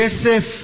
כסף,